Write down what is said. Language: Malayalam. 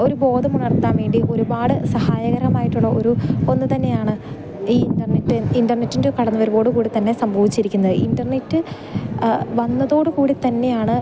ഒരു ബോധമുണർത്താൻ വേണ്ടി ഒരുപാട് സഹായകരമായിട്ടുള്ള ഒരു ഒന്ന് തന്നെയാണ് ഈ ഇൻ്റർനെറ്റ് ഇൻ്റർനെറ്റിൻ്റെ കടന്ന് വരുവോടു കൂടി തന്നെ സംഭവിച്ചിരിക്കുന്ന ഇൻ്റർനെറ്റ് വന്നതോടു കൂടി തന്നെയാണ്